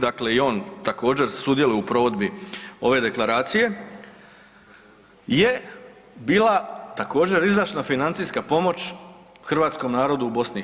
Dakle i on također sudjeluje u provedbi ove Deklaracije je bila također izdašna financijska pomoć hrvatskom narodu u BiH.